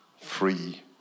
free